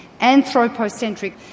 anthropocentric